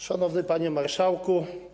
Szanowny Panie Marszałku!